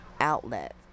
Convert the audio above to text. outlet